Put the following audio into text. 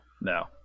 No